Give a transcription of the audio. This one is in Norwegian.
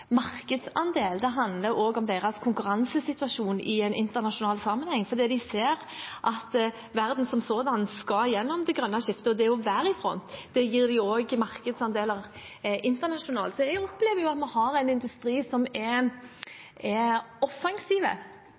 konkurransesituasjon i en internasjonal sammenheng, fordi de ser at verden som sådan skal gjennom det grønne skiftet, og det å være i front gir dem også markedsandeler internasjonalt. Jeg opplever at vi har en industri som er offensiv, ikke minst den industrien jeg selv har ansvar for, den maritime, og at det er